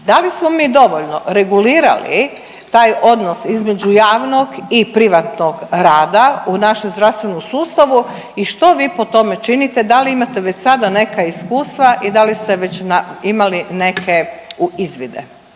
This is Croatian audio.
Da li smo mi dovoljno regulirali taj odnos između javnog i privatnog rada u našem zdravstvenom sustavu i što vi po tome činite? Da li imate već sada neka iskustava i da li ste već imali neke izvide?